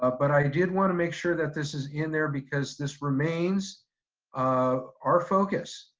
ah but i did wanna make sure that this is in there because this remains um our focus.